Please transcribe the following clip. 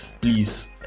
please